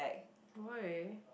why